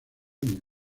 año